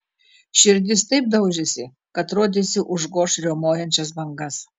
širdis taip daužėsi kad rodėsi užgoš riaumojančias bangas